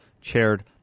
chaired